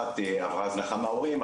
אחת עברה הזנחה מההורים,